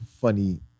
funny